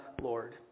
Lord